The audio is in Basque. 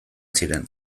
ziren